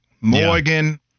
Morgan